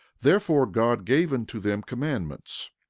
therefore god gave unto them commandments,